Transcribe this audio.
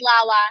Lala